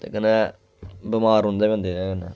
ते कन्नै बमार रौंह्दे बंदे एह्दे कन्नै